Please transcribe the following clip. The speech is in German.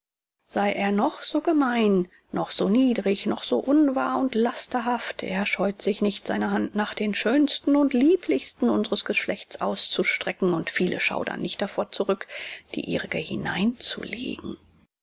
sei er noch so gemein noch so niedrig noch so unwahr und lasterhaft er scheut sich nicht seine hand nach den schönsten und lieblichsten unseres geschlechts auszustrecken und viele schaudern nicht davor zurück die ihrige